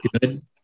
good